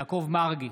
יעקב מרגי,